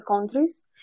countries